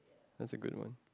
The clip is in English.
that's a good one